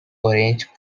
orange